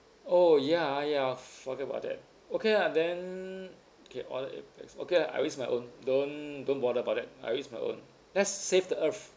oh ya ya forget about that okay lah then okay all eight pax okay ah I use my own don't don't bother about that I use my own let's save the earth